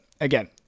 again